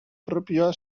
propioa